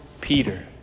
Peter